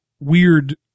weird